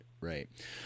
Right